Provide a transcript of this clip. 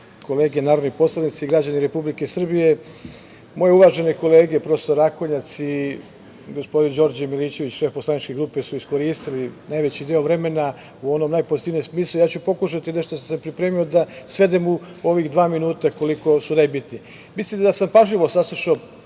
kolege narodni poslanici, građani Republike Srbije, moje uvažene kolege profesor Rakonjac i gospodin Đorđe Milićević, šef poslaničke grupe su iskoristili najveći deo vremena u onom najpozitivnijem smislu, a ja ću pokušati da ono što sam pripremio svedem u ovih dva minuta, najbitnije. Mislim da sam pažljivo saslušao